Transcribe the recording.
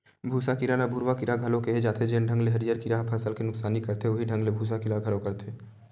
भूँसा कीरा ल भूरूवा कीरा घलो केहे जाथे, जेन ढंग ले हरियर कीरा ह फसल के नुकसानी करथे उहीं ढंग ले भूँसा कीरा घलो करथे